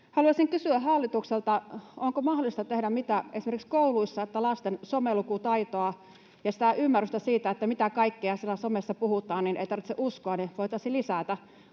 Haluaisin kysyä hallitukselta: Onko mahdollista tehdä mitään, että esimerkiksi kouluissa voitaisiin lisätä lasten somelukutaitoa ja ymmärrystä siitä, että kaikkea, mitä siellä somessa puhutaan, ei tarvitse uskoa? Luulen, että myös sieltä